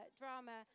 drama